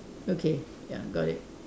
okay ya got it